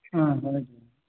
हा समीचीनम्